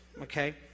Okay